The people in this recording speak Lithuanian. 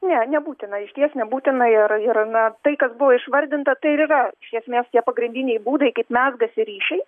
ne nebūtina išties nebūtina ir ir na tai kas buvo išvardinta tai ir yra iš esmės tie pagrindiniai būdai kaip mezgasi ryšiai